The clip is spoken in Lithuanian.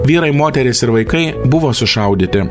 vyrai moterys ir vaikai buvo sušaudyti